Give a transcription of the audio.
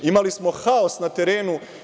Imali smo haos na terenu.